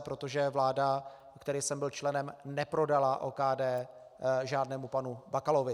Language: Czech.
Protože vláda, které jsem byl členem, neprodala OKD žádnému panu Bakalovi.